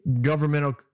governmental